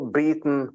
beaten